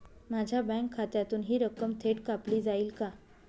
माझ्या बँक खात्यातून हि रक्कम थेट कापली जाईल का?